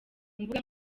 mbuga